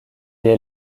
est